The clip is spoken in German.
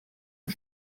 und